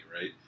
right